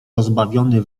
rozbawiony